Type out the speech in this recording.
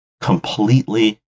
completely